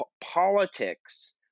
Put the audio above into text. politics